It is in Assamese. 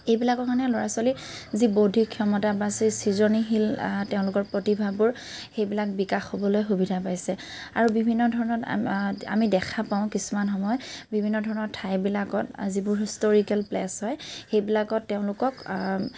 এইবিলাকৰ কাৰণে ল'ৰা ছোৱালীৰ যি বৌদ্ধিক ক্ষমতা বা সৃ সৃজনশীল তেওঁলোকৰ প্ৰতিভাবোৰ সেইবিলাক বিকাশ হ'বলৈ সুবিধা পাইছে আৰু বিভিন্ন ধৰণৰ আমি দেখা পাওঁ আমি কিছুমান সময়ত বিভিন্ন ধৰণৰ ঠাইবিলাকত যিবোৰ হিষ্টৰিকেল প্লেছ হয় সেইবিলাকত তেওঁলোকক